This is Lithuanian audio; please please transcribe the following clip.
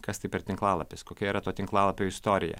kas tai per tinklalapis kokia yra to tinklalapio istorija